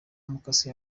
mukase